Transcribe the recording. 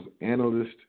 analyst